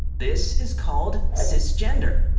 this is called cisgender.